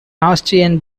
austrian